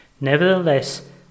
Nevertheless